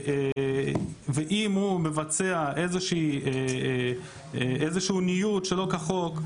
ואם הוא מבצע איזשהו ניוד שלא כחוק,